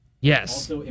Yes